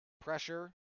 pressure